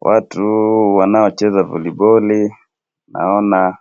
watu wanaocheza voliboli naona